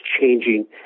changing